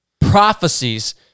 prophecies